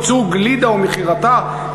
ייצור גלידה ומכירתה,